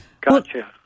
Gotcha